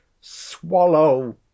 Swallow